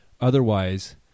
Otherwise